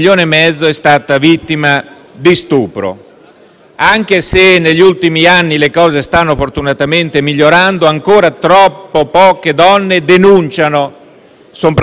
Anche se negli ultimi anni le cose fortunatamente stanno migliorando, ancora troppe poche donne denunciano, soprattutto nel caso di violenza domestica.